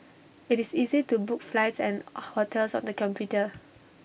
IT is easy to book flights and hotels on the computer